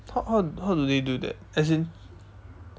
how how how do they do that as in